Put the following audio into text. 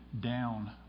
down